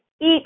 eat